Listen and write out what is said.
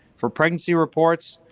for pregnancy reports,